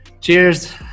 Cheers